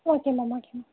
okay ma'am okay ma'am